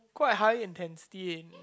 quite high intensity in